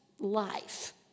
life